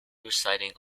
residing